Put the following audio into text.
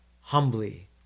humbly